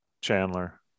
Chandler